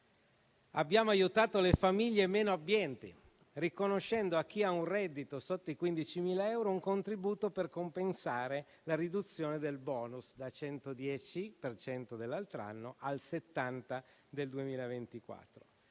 Abbiamo aiutato le famiglie meno abbienti, riconoscendo a chi ha un reddito sotto i 15.000 euro un contributo per compensare la riduzione del *bonus* dal 110 per cento dell'altro anno al 70 per cento